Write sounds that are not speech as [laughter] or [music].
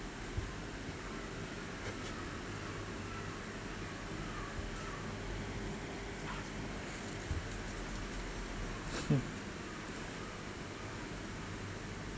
[noise]